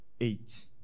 eight